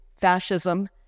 fascism